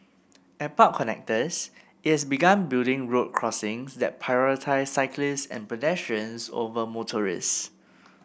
at park connectors it has begun building road crossings that prioritise cyclists and pedestrians over motorists